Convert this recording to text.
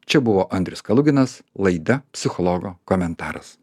čia buvo andrius kaluginas laida psichologo komentaras